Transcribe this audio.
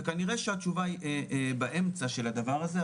וכנראה שהתשובה היא באמצע של הדבר הזה,